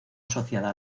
asociada